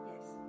Yes